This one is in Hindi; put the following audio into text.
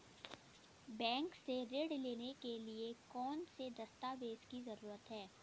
बैंक से ऋण लेने के लिए कौन से दस्तावेज की जरूरत है?